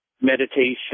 meditation